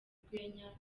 urwenya